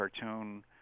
cartoon